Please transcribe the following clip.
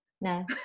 no